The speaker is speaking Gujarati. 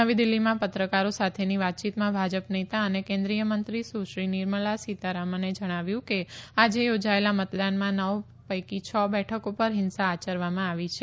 નવી દિલ્હીમાં પત્રકારો સાથેની વાતચીતમાં ભાજપ નેતા અને કેન્દ્રિયમંત્રી સુશ્રી નિર્મળા સીતારમણે જણાવ્યું કે આજે યોજાયેલા મતદાનમાં નવ પૈકી છ બેટકો પર હિંસા આચરવામાં આવી છે